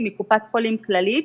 היא מקופת חולים כללית,